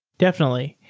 definitely.